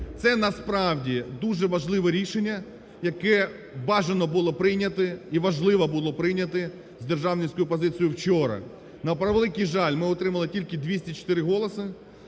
Це, насправді, дуже важливе рішення, яке бажано було прийняти і важливо було прийняти з державницької позиції вчора. На превеликий жаль, ми отримали тільки 204 голоси.